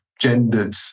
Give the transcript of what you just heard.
gendered